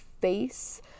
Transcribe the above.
face